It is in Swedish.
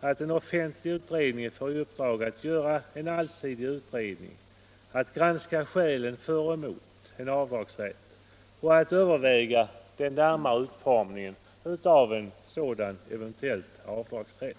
att en offentlig utredning får i uppdrag att göra en allsidig utredning, att granska skälen för och emot en avdragsrätt och att överväga den närmare utformningen av en sådan eventuell avdragsrätt.